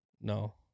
No